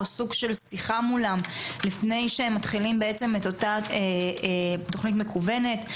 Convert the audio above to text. או סוג של שיחה מולם לפני שהם מתחילים את אותה תוכנית מקוונת.